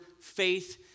faith